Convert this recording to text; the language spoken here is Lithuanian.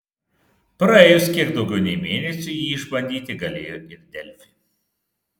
praėjus kiek daugiau nei mėnesiui jį išbandyti galėjo ir delfi